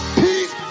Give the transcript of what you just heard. peace